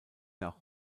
nach